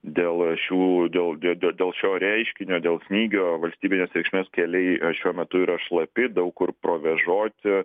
dėl šių dėl dėl dėl šio reiškinio dėl snygio valstybinės reikšmės keliai šiuo metu yra šlapi daug kur provėžoti